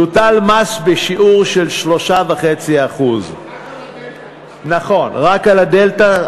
יוטל מס בשיעור 3.5%. רק על הדלתא.